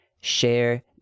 share